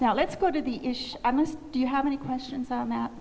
now let's go to the ish i must do you have any questions on that